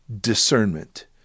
discernment